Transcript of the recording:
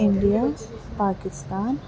India Pakistan